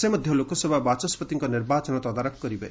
ସେ ମଧ୍ୟ ଲୋକସଭା ବାଚସ୍କତିଙ୍କ ନିର୍ବାଚନ ତଦାରଖ କରିବେ